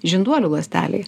žinduolių ląstelei